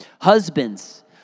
Husbands